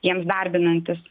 jiems darbinantis